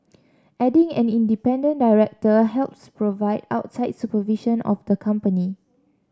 adding an independent director helps provide outside supervision of the company